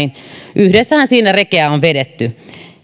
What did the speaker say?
yhdessähän siinä rekeä on vedetty